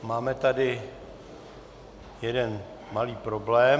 Máme tady jeden malý problém.